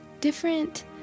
different